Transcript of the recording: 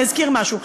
אני אזכיר משהו,